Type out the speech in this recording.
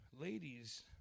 ladies